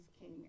king